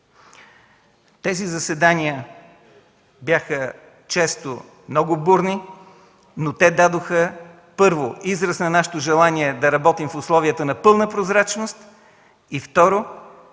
Тези заседания бяха често много бурни, но те дадоха, първо, израз на нашето желание да работим в условията на пълна прозрачност и, второ,